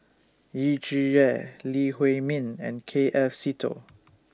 Yu Zhuye Lee Huei Min and K F Seetoh